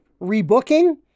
rebooking